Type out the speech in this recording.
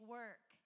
work